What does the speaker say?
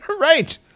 right